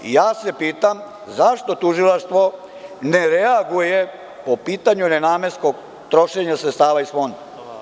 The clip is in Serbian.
Ja se pitam zašto Tužilaštvo ne reaguje po pitanju nenamenskog trošenja sredstava iz Fonda?